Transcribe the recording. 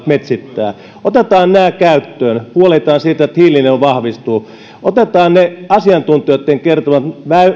metsittää otetaan nämä käyttöön huolehditaan siitä että hiilinielu vahvistuu otetaan ne asiantuntijoitten kertomat